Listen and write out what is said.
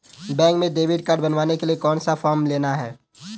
Bank में debit card बनवाने के लिए कौन सा फॉर्म लेना है?